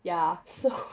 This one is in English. ya so